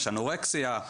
יש אנורקסיה,